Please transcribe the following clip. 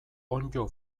onddo